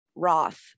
roth